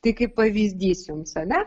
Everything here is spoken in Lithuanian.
tai kaip pavyzdys jums ar ne